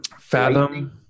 Fathom